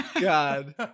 God